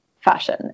fashion